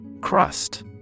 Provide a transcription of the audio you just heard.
Crust